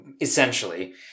essentially